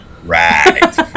Right